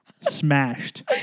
Smashed